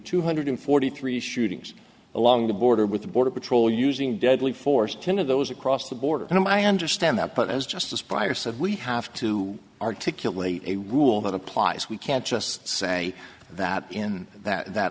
two hundred forty three shootings along the border with border patrol using deadly force ten of those across the border and i understand that but as justice prior said we have to articulate a rule that applies we can't just say that in that